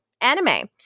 anime